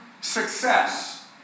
success